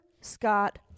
Scott